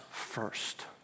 first